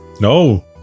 No